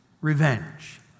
revenge